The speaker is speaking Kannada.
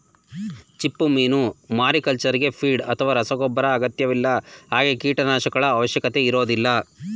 ಚಿಪ್ಪುಮೀನು ಮಾರಿಕಲ್ಚರ್ಗೆ ಫೀಡ್ ಅಥವಾ ರಸಗೊಬ್ಬರ ಅಗತ್ಯವಿಲ್ಲ ಹಾಗೆ ಕೀಟನಾಶಕಗಳ ಅವಶ್ಯಕತೆ ಇರೋದಿಲ್ಲ